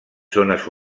zones